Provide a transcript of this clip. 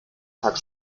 tag